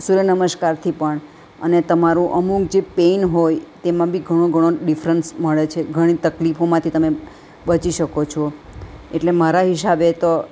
સૂર્ય નમસ્કારથી પણ અને તમારું અમુક જે પેઈન હોય તેમાં બી ઘણો ઘણો ડિફરન્સ મળે છે ઘણી ઘણી તકલીફોમાંથી તમે બચી શકો છો એટલે મારા હિસાબે તો